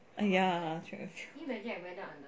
ya track and field